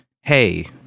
hey